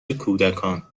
کودکان